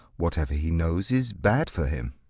whatever he knows is bad for him.